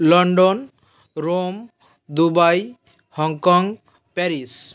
London Rome Dubai Hong Kong Paris